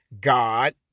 God